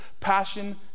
passion